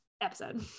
episode